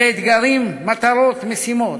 אלה אתגרים, מטרות, משימות.